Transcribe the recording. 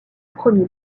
premier